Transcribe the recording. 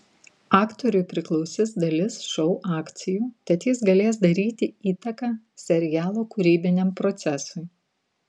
aktoriui priklausys dalis šou akcijų tad jis galės daryti įtaką serialo kūrybiniam procesui